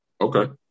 Okay